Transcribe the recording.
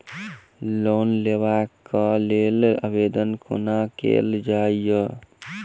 Loan लेबऽ कऽ लेल आवेदन कोना कैल जाइया?